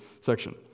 section